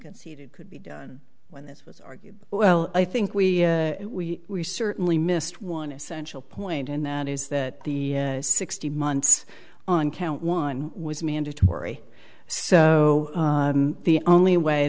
conceded could be done when this was argued well i think we we we certainly missed one essential point and that is that the sixty months on count one was mandatory so the only way